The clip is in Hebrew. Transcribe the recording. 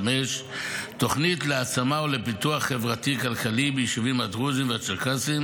"תוכנית להעצמה ולפיתוח חברתי כלכלי ביישובים הדרוזיים והצ'רקסיים